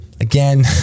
Again